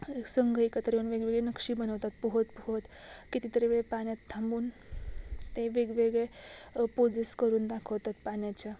संघात्र येऊन वेगवेगळी नक्षी बनवतात पोहत पोहत कितीतरी वेळेस पान्यात थांबून ते वेगवेगळे पोजेस करून दाखवतात पान्याच्या